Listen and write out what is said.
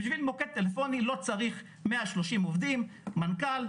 בשביל מוקד טלפוני לא צריך 130 עובדים ומנכ"ל.